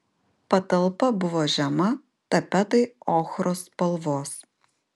patalpa buvo žema tapetai ochros spalvos